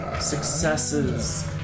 successes